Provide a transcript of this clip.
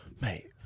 Mate